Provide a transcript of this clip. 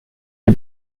die